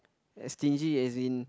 as stingy as in